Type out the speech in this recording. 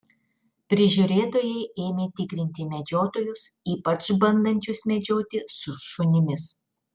prižiūrėtojai ėmė tikrinti medžiotojus ypač bandančius medžioti su šunimis